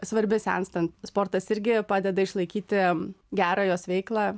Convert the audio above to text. svarbi senstant sportas irgi padeda išlaikyti gerą jos veiklą